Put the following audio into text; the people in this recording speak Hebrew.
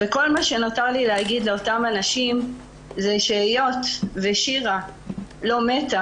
כל מה שנותר לי להגיד לאותם אנשים זה שהיות ושירה לא מתה